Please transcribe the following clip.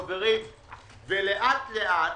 חברים ולאט-לאט,